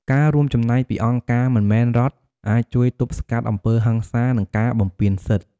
ការរួមចំណែកពីអង្គការមិនមែនរដ្ឋអាចជួយទប់ស្កាត់អំពើហិង្សា និងការបំពានសិទ្ធិ។